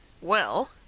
Well